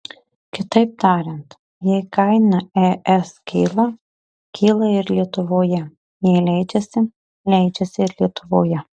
kitaip tariant jei kaina es kyla kyla ir lietuvoje jei leidžiasi leidžiasi ir lietuvoje